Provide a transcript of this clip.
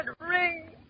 ring